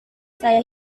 saya